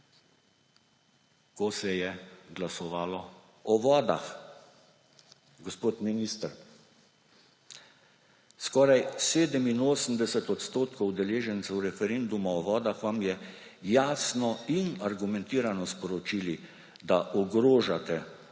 ko se je glasovalo o vodah. Gospod minister, skoraj 87 odstotkov udeležencev referenduma o vodah vam je jasno in argumentirano sporočilo, da ogrožate vrednoto